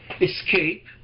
escape